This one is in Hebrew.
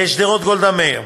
שדרות גולדה מאיר.